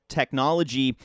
technology